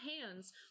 hands